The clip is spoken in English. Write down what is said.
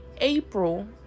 April